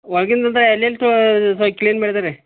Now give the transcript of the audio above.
ಒಳಗಿನಿಂದ ಎಲ್ಲೆಲ್ಲಿ ತೋಳ್ದು ಕ್ಲೀನ್ ಮಾಡಿದ್ರಿ